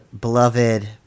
beloved